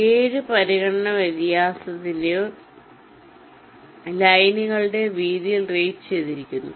7 പരിഗണന വിയാസിന്റെയോ ലൈനുകളുടെയോ വീതിയിൽ റേറ്റുചെയ്തിരിക്കുന്നു